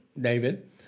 David